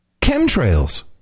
chemtrails